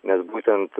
nes būtent